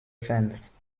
fence